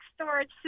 storage